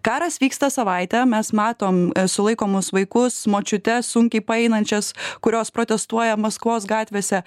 karas vyksta savaitę mes matom sulaikomus vaikus močiutes sunkiai paeinančias kurios protestuoja maskvos gatvėse